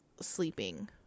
sleeping